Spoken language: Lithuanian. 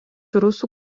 rusų